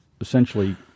essentially